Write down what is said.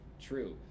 True